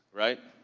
right?